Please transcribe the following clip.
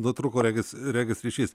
nutrūko regis regis ryšys